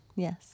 Yes